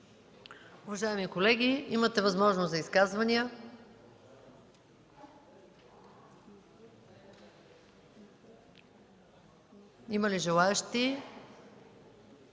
Уважаеми колеги, имате възможност за изказвания. Има ли желаещи?